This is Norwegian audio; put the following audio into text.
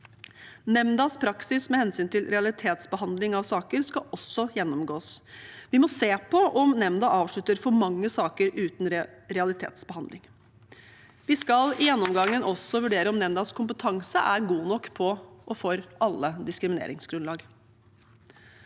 Nemndas praksis med hensyn til realitetsbehandling av saker skal også gjennomgås. Vi må se på om nemnda avslutter for mange saker uten realitetsbehandling. Vi skal i gjennomgangen også vurdere om nemndas kompetanse er god nok på alle diskrimineringsgrunnlag.